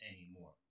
anymore